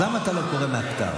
אז למה אתה לא קורא מהכתב?